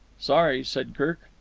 sorry, said kirk.